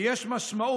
כי יש משמעות,